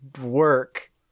work